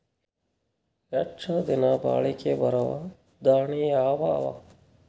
ಹೆಚ್ಚ ದಿನಾ ಬಾಳಿಕೆ ಬರಾವ ದಾಣಿಯಾವ ಅವಾ?